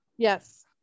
Yes